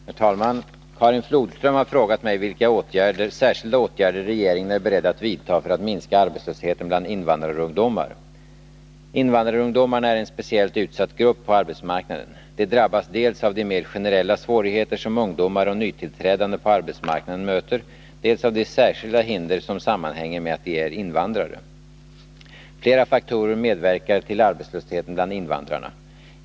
Herr talman! Karin Flodström har frågat mig vilka särskilda åtgärder regeringen är beredd att vidta för att minska arbetslösheten bland invandrarungdomar. Invandrarungdomarna är en speciellt utsatt grupp på arbetsmarknaden. De drabbas dels av de mer generella svårigheter som ungdomar och nytillträdande på arbetsmarknaden möter, dels av de särskilda hinder som sammanhänger med att de är invandrare. Flera faktorer medverkar till arbetslösheten bland invandrarna.